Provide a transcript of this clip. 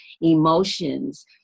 emotions